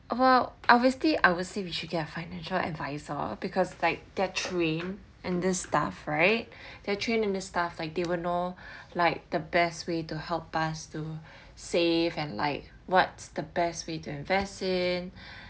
well obviously I would say we should get a financial adviser because like they're trained in this stuff right they're trained in this stuff like they would know like the best way to help us to save and like what's the best way to invest in